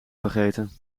vergeten